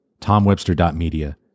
tomwebster.media